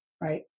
right